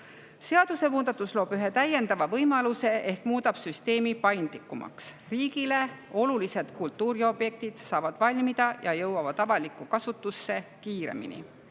Seadusemuudatus loob ühe täiendava võimaluse ehk muudab süsteemi paindlikumaks. Riigile olulised kultuuriobjektid saavad valmida ja jõuavad avalikku kasutusse kiiremini.